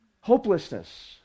Hopelessness